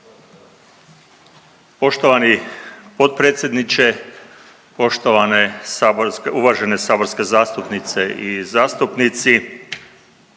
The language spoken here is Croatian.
Poštovani potpredsjedniče, poštovane uvažene saborske zastupnice i zastupnici.